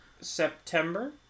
September